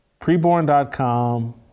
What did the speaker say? preborn.com